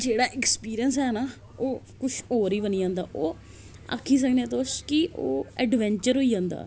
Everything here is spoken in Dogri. जेहड़ा एक्सपिरिंयस है ना ओह् कुछ होर ही बनी जंदा ओह् आक्खी सकने हा तुस गी ओह् एडवेंचर होई जदां